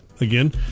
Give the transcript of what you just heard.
again